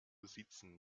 sitzen